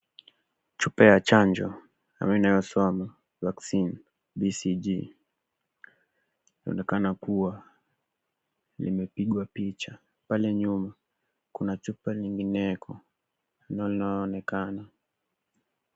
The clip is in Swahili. Chupa ya chanjo ambayo inasoma Vaccine BCG. Inaonekana kuwa imepigwa picha, pale nyuma kuna chupa nyingineyo ambalo linaonekana.